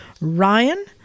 ryan